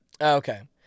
Okay